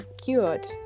cured